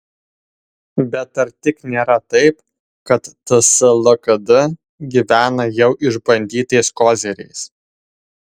bet ar tik nėra taip kad ts lkd gyvena jau išbandytais koziriais